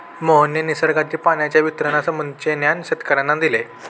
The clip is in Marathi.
मोहनने निसर्गातील पाण्याच्या वितरणासंबंधीचे ज्ञान शेतकर्यांना दिले